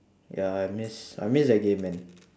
ya I miss I miss that game man